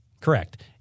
Correct